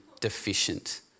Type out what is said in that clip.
deficient